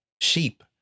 sheep